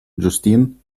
justine